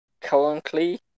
currently